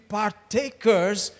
partakers